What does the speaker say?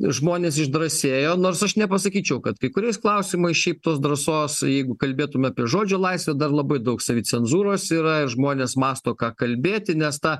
žmonės išdrąsėjo nors aš nepasakyčiau kad kai kuriais klausimais šiaip tos drąsos jeigu kalbėtume apie žodžio laisvę dar labai daug savicenzūros yra ir žmonės mąsto ką kalbėti nes tą